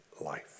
life